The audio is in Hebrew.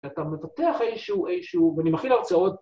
אתה מבטח איזשהו איזשהו ואני מכין הרצאות.